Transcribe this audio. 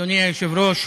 אדוני היושב-ראש,